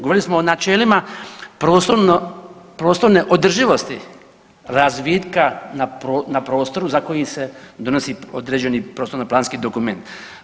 Govorili smo o načelima prostorne održivosti razvitka na prostoru za koji se donosi određeni prostorno-planski dokument.